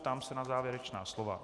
Ptám se na závěrečná slova.